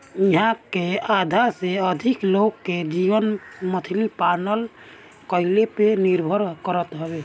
इहां के आधा से अधिका लोग के जीवन मछरी पालन कईला पे निर्भर करत हवे